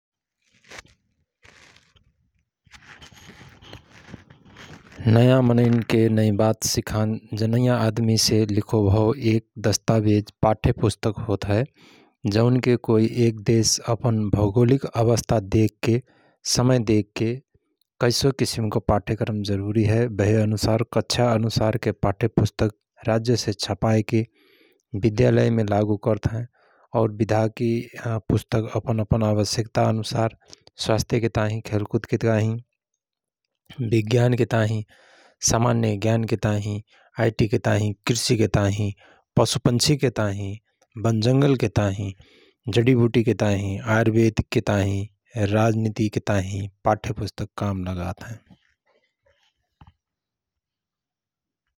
नया मनैके नई बात सिखान जनैया आदमीसे लिखो भओ एक दस्तावेज पाठ्यपुस्तक होत हए । जौनके कोइ एक देश अपन भौगोलिक अवस्था देखके समय देखके कैसो किसिम को पाठ्यक्रम जरुरी हए बहे अनुसार कक्षा अनुसार के पाठ्यपुस्तक राज्य से छपाएके विद्यालय मे लागू करत हयं । और विधाकी पुस्तक अपन अपन आबस्यकता अनुसार स्वस्थ्य के ताहिं, खेलकुद के ताहिं, बिज्ञान के ताही सामान्य ग्यानके ताहिं, आइटी के ताहिं, कृषि के ताहिं, पशु पन्क्षिके ताहिं, बनजंगल्के ताहिं, जडिबुटी के ताहिं, आयुर्वेद के ताहिं, राजनितिके ताहिं पाठ्यपुस्तक काम लगात हयं।